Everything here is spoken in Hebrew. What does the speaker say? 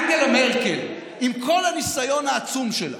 אנגלה מרקל, עם כל הניסיון העצום שלה,